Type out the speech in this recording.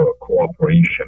cooperation